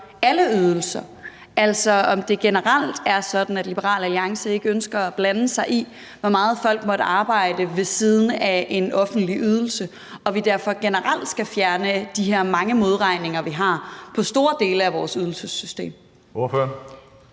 alle ydelser, altså om det generelt er sådan, at Liberal Alliance ikke ønsker at blande sig i, hvor meget folk måtte arbejde ved siden af en offentlig ydelse, og at vi derfor generelt skal fjerne de her mange modregninger, vi har i store dele af vores ydelsessystem. Kl.